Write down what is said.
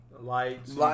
lights